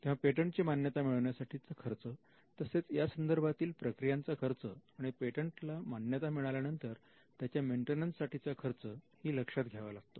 तेव्हा पेटंटची मान्यता मिळविण्यासाठी खर्च तसेच यासंदर्भातील प्रक्रियांचा खर्च आणि पेटंटला मान्यता मिळाल्यानंतर त्याच्या मेंटेनन्स साठी चा खर्च ही लक्षात घ्यावा लागतो